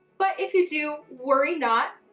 but if you do worry not,